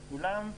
כולם מעל שמונה.